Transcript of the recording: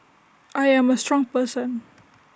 I am A strong person